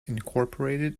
incorporated